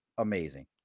amazing